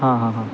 हां हां हां